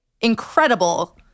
incredible